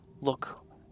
look